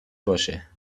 باشه